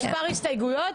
מספר ההסתייגויות?